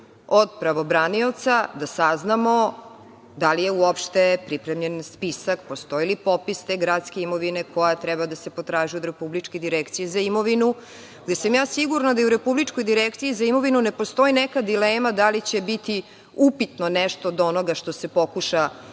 od pravobranioca da saznamo da li je uopšte pripremljen spisak, postoji li popis te gradske imovine koja treba da se potražuje od Republičke direkcije za imovinu. Sigurna sam da u Republičkoj direkciji za imovinu ne postoji neka dilema da li će biti upitno nešto od onoga što se pokuša